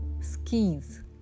skis